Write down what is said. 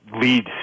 lead